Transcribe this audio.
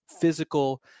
physical